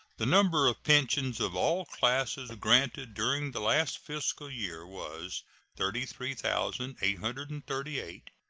the number of pensions of all classes granted during the last fiscal year was thirty three thousand eight hundred and thirty eight.